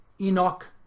Enoch